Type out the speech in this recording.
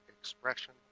expression